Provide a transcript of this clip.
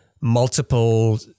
multiple